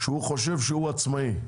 הוא חושב שהוא עצמאי.